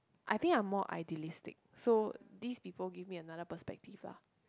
I think I'm more idealistic so these people give me another perspective lah